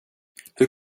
hur